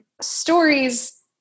stories